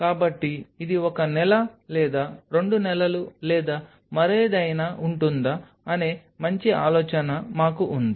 కాబట్టి ఇది ఒక నెల లేదా రెండు నెలలు లేదా మరేదైనా ఉంటుందా అనే మంచి ఆలోచన మాకు ఉంది